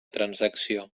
transacció